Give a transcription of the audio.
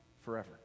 forever